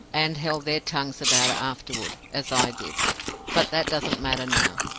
and held their tongues about it afterward, as i did but that doesn't matter now.